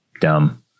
dumb